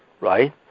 right